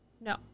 no